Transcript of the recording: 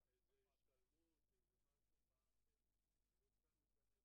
שיכול להיות שמעידים על בעיה חמורה יותר ויצטרכו להמשיך ולבחון